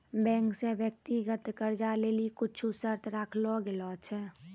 bank से व्यक्तिगत कर्जा लेली कुछु शर्त राखलो गेलो छै